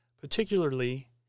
particularly